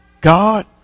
God